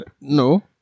No